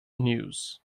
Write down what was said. news